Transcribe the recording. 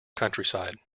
countryside